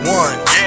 one